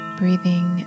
breathing